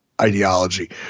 ideology